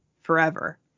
forever